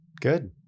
Good